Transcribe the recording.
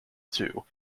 two